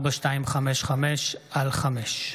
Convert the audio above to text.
פ/4255/25: